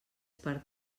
per